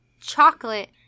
chocolate